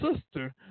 sister